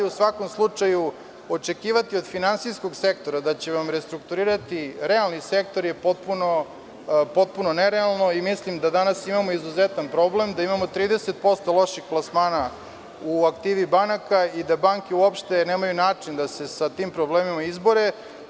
U svakom slučaju, očekivati od finansijskog sektora da će vam restrukturirati realni sektor je potpuno nerealno i mislim da danas imamo izuzetan problem, da imamo 30% loših plasmana u aktivi banaka i da banke uopšte nemaju način da se sa tim problemima izbore.